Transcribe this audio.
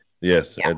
Yes